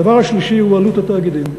הדבר השלישי הוא עלות התאגידים.